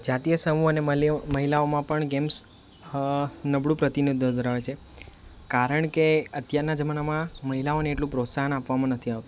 જાતિય સમૂહ અને માલ્ય મહિલાઓમાં પણ ગેમ્સ નબળુ પ્રતિનિધિત્વ ધરાવે છે કારણ કે અત્યારના જમાનામાં મહિલાઓને એટલું પ્રોત્સાહન આપવામાં નથી આવતું